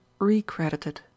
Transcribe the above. recredited